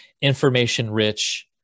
information-rich